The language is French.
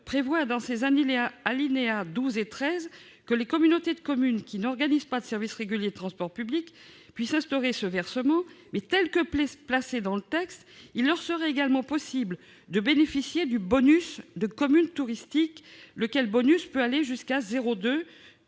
prévoit, dans ses alinéas 12 et 13, que les communautés de communes qui n'organisent pas de services réguliers de transport public de personnes peuvent instaurer ce versement. Mais, tel que placé dans le texte, il leur serait également possible de bénéficier du bonus « communes touristiques », lequel permet de majorer de 0,2